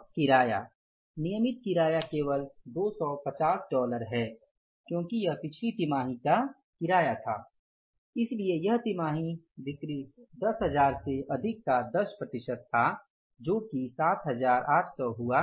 अब किराया नियमित किराया केवल २५० डॉलर है क्योंकि यह पिछली तिमाही का किराया था इसलिए यह तिमाही बिक्री १०००० से अधिक का १० प्रतिशत था जो कि 7800 हुआ